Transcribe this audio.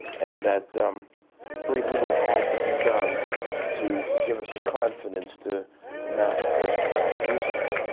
and that very little had to be done to to give us the confidence to to mount a first class musical.